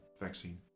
vaccine